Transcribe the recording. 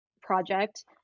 project